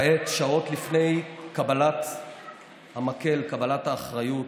כעת, שעות לפני קבלת המקל, קבלת האחריות,